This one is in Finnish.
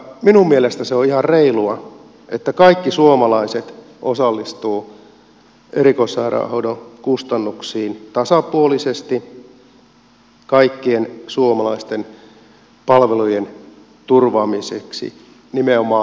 minun mielestäni se on ihan reilua että kaikki suomalaiset osallistuvat erikoissairaanhoidon kustannuksiin tasapuolisesti kaikkien suomalaisten palvelujen turvaamiseksi nimenomaan alueellisesti